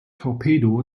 torpedo